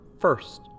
first